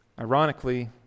Ironically